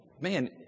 man